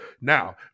Now